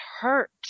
hurt